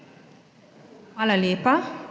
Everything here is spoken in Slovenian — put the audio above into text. Hvala lepa.